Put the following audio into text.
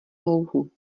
louhu